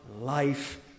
life